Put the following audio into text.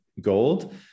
gold